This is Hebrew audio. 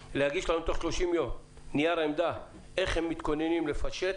להגיש לנו בתוך 30 יום נייר עמדה איך הם מתכוננים לפשט